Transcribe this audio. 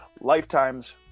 lifetimes